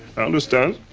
i understand.